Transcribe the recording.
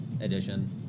edition